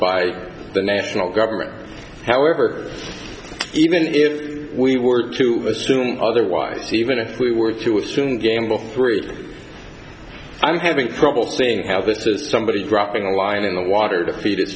by the national government however even if we were to assume otherwise even if we were to assume game of three i'm having trouble seeing how this is somebody dropping a line in the water to feed